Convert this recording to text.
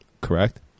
correct